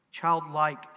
childlike